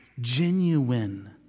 genuine